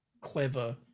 clever